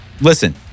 listen